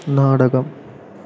നാടകം